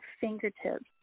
fingertips